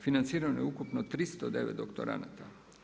Financirano je ukupno 309 doktoranada.